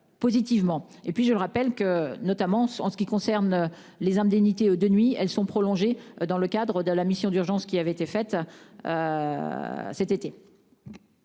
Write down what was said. et puis je le rappelle que notamment en ce qui concerne les indemnités de nuit, elles sont prolongés dans le cadre de la mission d'urgence, qui avait été fait. Cet été.--